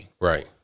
right